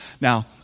Now